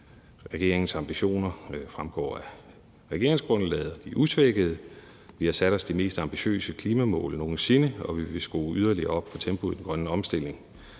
Regeringens ambitioner fremgår af regeringsgrundlaget. Vi har sat os det mest ambitiøse klimamål nogen sinde, og vi vil skrue yderligere op for tempoet i den grønne omstilling.